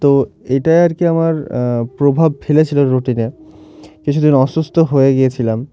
তো এটাই আর কি আমার প্রভাব ফেলেছিলো রুটিনে কিছুদিন অসুস্থ হয়ে গিয়েছিলাম